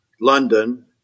London